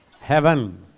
Heaven